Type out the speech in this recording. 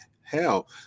hell